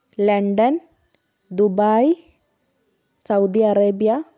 London Dubai Saudi Arabia